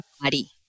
body